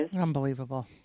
Unbelievable